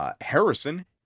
Harrison